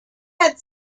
had